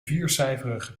viercijferige